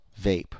vape